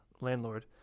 landlord